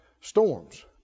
storms